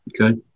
Okay